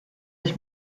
ich